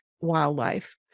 wildlife